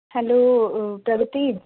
hello Pragati